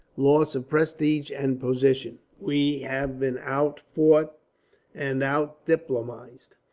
loss of prestige and position. we have been out fought and out diplomatized,